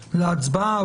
להצבעה,